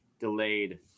delayed